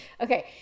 Okay